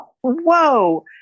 whoa